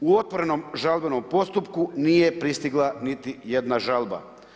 U otvorenom žalbenom postupku nije pristigla niti jedna žalba.